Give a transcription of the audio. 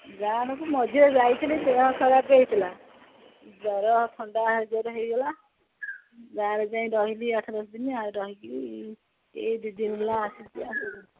ଗାଁ' ଆଡ଼କୁ ମଝିରେ ଯାଇଥିଲି ଦେହ ଖରାପ୍ ହେଇଥିଲା ଜର ଥଣ୍ଡା ଜର ହେଇଗଲା ଗାଁ'ରେ ଯାଇ ରହିଲି ଆଠ ଦଶ ଦିନ ଆଉ ରହିକି ଏଇ ଦୁଇ ଦିନ ହେଲା ଆସିଛି ଆଉ